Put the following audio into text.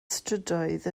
strydoedd